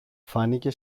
φάνηκε